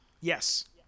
Yes